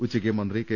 ഉച്ചയ്ക്ക് മന്ത്രി കെ